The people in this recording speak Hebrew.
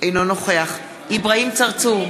אינו נוכח אברהים צרצור,